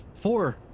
four